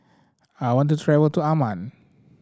I want to travel to Amman